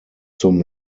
zum